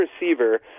receiver